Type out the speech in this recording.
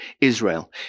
Israel